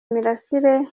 imirasire